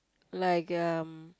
like um